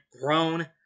grown